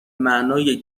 معنای